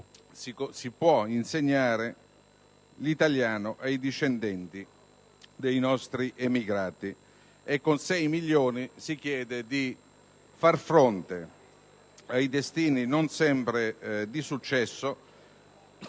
si può insegnare l'italiano ai discendenti dei nostri emigrati. Con 6 milioni si chiede poi di far fronte ai destini non sempre di successo